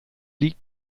liegt